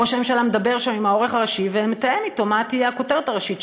ראש הממשלה מדבר שם עם העורך הראשי ומתאם אתו מה תהיה הכותרת הראשית,